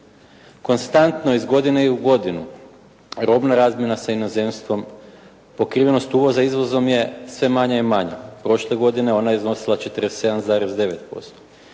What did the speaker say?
Konstantno iz godine u godinu robna razmjena sa inozemstvom, pokrivenost uvoza izvozom je sve manja i manja. Prošle godine ona je iznosila 47,9%.